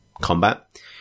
combat